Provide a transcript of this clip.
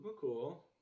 cool